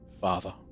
Father